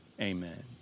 Amen